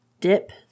dip